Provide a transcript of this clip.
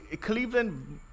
Cleveland